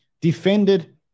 defended